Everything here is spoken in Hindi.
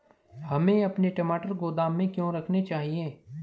हमें अपने टमाटर गोदाम में क्यों रखने चाहिए?